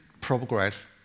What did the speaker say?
progress